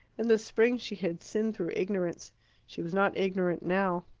in the spring she had sinned through ignorance she was not ignorant now.